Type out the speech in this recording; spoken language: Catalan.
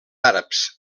àrabs